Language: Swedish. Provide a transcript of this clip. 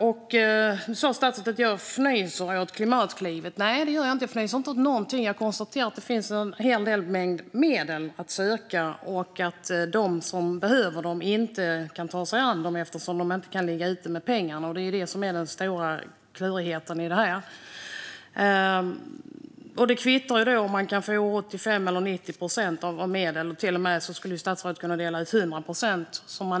Statsrådet säger att jag fnyser åt Klimatklivet. Nej, det gör jag inte. Jag fnyser inte åt något utan konstaterar att det finns en hel del medel att söka men att det inte funkar eftersom mackägarna inte kan ligga ute med pengar. Det är det som är det kluriga. Då kvittar det om medlen täcker 85, 90 eller till och med 100 procent.